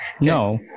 No